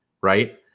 right